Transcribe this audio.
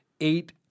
eight